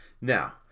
Now